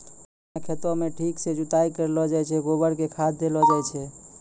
है खेतों म ठीक सॅ जुताई करलो जाय छै, गोबर कॅ खाद देलो जाय छै